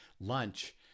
lunch